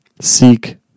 seek